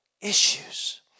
issues